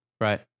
Right